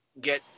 get